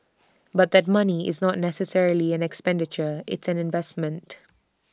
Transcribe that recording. but that money is not necessarily an expenditure it's an investment